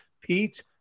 Pete